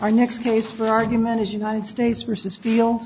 our next case for argument is united states versus feel